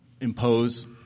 impose